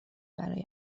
برای